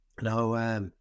Now